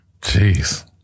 Jeez